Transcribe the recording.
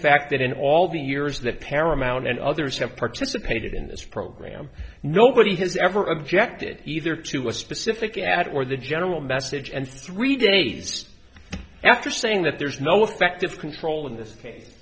fact that in all the years that paramount and others have participated in this program nobody has ever objected either to a specific ad or the general message and three days after saying that there is no effective control in this case